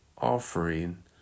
offering